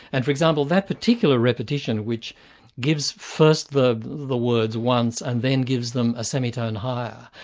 and for example, that particular repetition which gives first the the words once and then gives them a semi-tone higher,